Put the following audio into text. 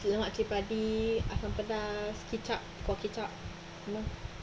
you know what chapati asam pedas kicap kuah kicap you know